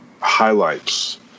Highlights